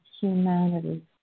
humanity